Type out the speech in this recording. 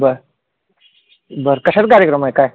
बरं बरं कशाचा कार्यक्रम आहे काय